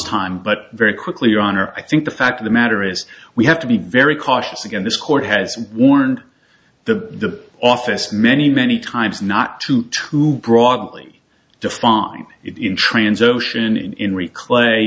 time but very quickly your honor i think the fact of the matter is we have to be very cautious again this court has warned the office many many times not to too broadly defined it in trans ocean